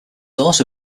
also